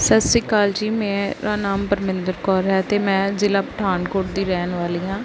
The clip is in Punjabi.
ਸਤਿ ਸ਼੍ਰੀ ਅਕਾਲ ਜੀ ਮੇਰਾ ਨਾਮ ਪਰਮਿੰਦਰ ਕੌਰ ਹੈ ਅਤੇ ਮੈਂ ਜ਼ਿਲ੍ਹਾ ਪਠਾਨਕੋਟ ਦੀ ਰਹਿਣ ਵਾਲੀ ਹਾਂ